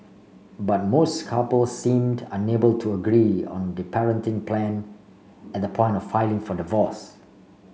but most couple seemed unable to agree on the parenting plan at the point of filing for divorce